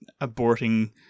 aborting